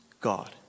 God